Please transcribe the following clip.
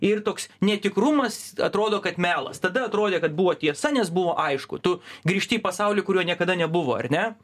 ir toks netikrumas atrodo kad melas tada atrodė kad buvo tiesa nes buvo aišku tu grįžti į pasaulį kurio niekada nebuvo ar ne